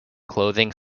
clothing